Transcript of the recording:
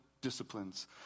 disciplines